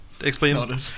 explain